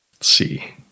see